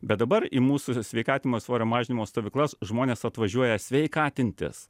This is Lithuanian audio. bet dabar į mūsų sveikatinimo svorio mažinimo stovyklas žmonės atvažiuoja sveikatintis